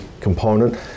component